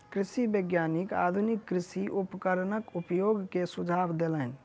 कृषि वैज्ञानिक आधुनिक कृषि उपकरणक उपयोग के सुझाव देलैन